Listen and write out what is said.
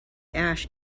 ash